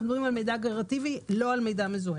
עדיין אנחנו מדברים על מידע אגרגטיבי ולא על מידע מזוהה.